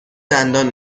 دندان